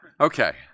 Okay